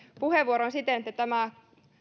puheenvuoron siten että tämä